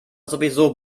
sowieso